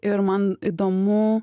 ir man įdomu